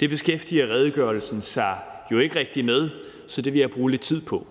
Det beskæftiger redegørelsen sig jo ikke rigtig med, så det vil jeg bruge lidt tid på.